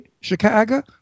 Chicago